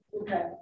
Okay